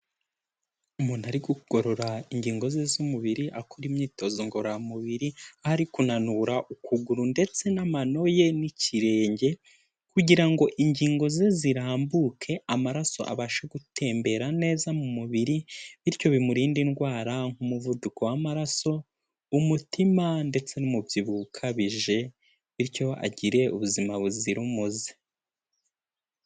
Umuntu ari kugorora ingingo ze z'umubiri akora imyitozo ngororamubiri ari kunanura ukuguru ndetse n'amano ye n'ikirenge kugira ngo ingingo ze zirambuke amaraso abashe gutembera neza mu mubiri bityo bimurinde indwara nk'umuvuduko w'amaraso umutima ndetse n'umubyibuho ukabije bityo agire ubuzima buzira umuze.